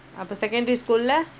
அப்பே:appe secondary school